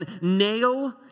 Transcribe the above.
nail